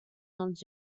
els